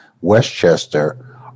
Westchester